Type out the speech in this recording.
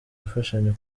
imfashanyo